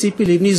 ציפי לבני,